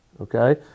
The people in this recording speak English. okay